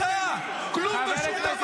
אתה עם הגזיבו שפתחת